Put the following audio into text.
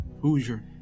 Hoosier